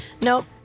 Nope